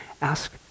Ask